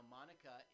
Monica